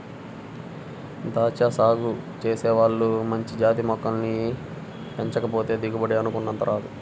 దాచ్చా సాగు చేసే వాళ్ళు మంచి జాతి మొక్కల్ని ఎంచుకోకపోతే దిగుబడి అనుకున్నంతగా రాదు